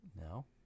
No